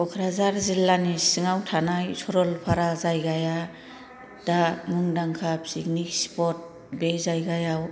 कक्राझार जिल्लानि सिङाव थानाय सरलफारा जायगाया दा मुंदांखा पिकनिक स्फत बे जायगायाव